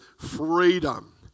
freedom